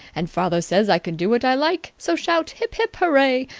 and father says i can do what i like! so shout hip-hip-hooray!